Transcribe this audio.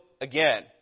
again